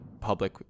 public